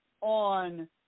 on